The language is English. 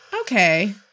Okay